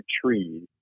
trees